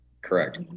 correct